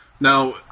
Now